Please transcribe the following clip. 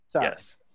Yes